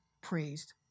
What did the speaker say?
praised